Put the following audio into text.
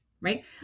right